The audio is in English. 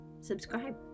subscribe